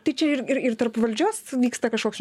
tai čia ir ir ir tarp valdžios vyksta kažkoks